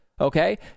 Okay